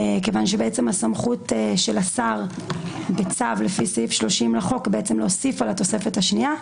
כיוון שהסמכות של השר בצו לפי סעיף 30 לחוק היא להוסיף על התוספת שנייה.